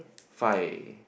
five